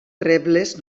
rebles